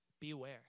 Beware